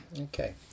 Okay